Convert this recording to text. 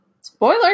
Spoiler